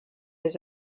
his